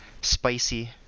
spicy